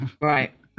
Right